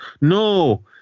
no